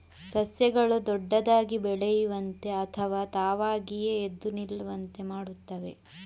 ಸಸ್ಯಗಳು ದೊಡ್ಡದಾಗಿ ಬೆಳೆಯುವಂತೆ ಅಥವಾ ತಾವಾಗಿಯೇ ಎದ್ದು ನಿಲ್ಲುವಂತೆ ಮಾಡುತ್ತವೆ